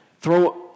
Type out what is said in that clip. throw